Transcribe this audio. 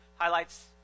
highlights